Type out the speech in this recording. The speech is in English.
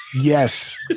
Yes